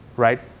right?